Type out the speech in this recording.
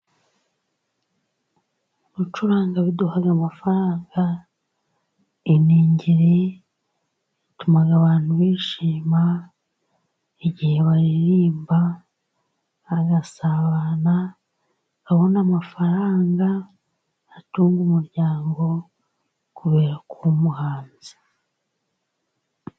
Gucuranga biduha amafaranga. Iningiri ituma abantu bishima, igihe baririmba bagasabana. Ukabona amafaranga ugatunga umuryango kubera ko uri umuhanzi.